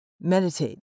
Meditate